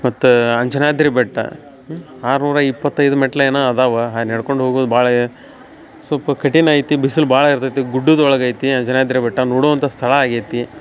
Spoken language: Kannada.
ಮತ್ತು ಅಂಜನಾದ್ರಿ ಬೆಟ್ಟ ಆರ್ನೂರ ಇಪ್ಪತ್ತೈದು ಮೆಟ್ಲು ಏನು ಅದಾವ ಆ ನಡ್ಕೊಂಡು ಹೋಗೋದ್ ಭಾಳ ಯ ಸೊಲ್ಪ ಕಠಿಣ ಐತಿ ಬಿಸಲು ಭಾಳ ಇರ್ತತಿ ಗುಡ್ಡದೊಳಗೆ ಐತಿ ಅಂಜನಾದ್ರಿ ಬೆಟ್ಟ ನೋಡುವಂಥ ಸ್ಥಳ ಆಗೇತಿ